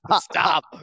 Stop